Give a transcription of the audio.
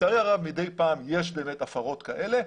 לצערי הרב מדי פעם יש באמת הפרות כאלה.